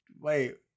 wait